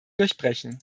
durchbrechen